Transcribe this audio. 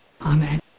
Amen